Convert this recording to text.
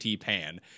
Pan